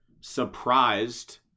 surprised